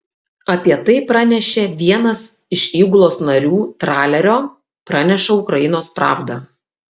apie tai pranešė vienas iš įgulos narių tralerio praneša ukrainos pravda